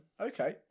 Okay